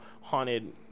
haunted